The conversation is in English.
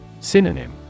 Synonym